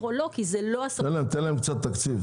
או לא כי זה לא --- תן להם קצת תקציב.